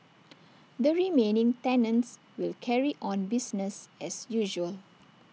the remaining tenants will carry on business as usual